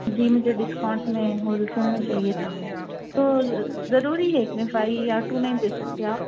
جی مجھے ڈسکاؤنٹ میں wholesale میں چاہیے تھا اور ضروری ہے ایک میں فائیو یا ٹو نہیں دے سکتے آپ